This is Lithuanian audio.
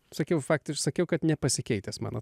sakiau faktiš sakiau kad nepasikeitęs mano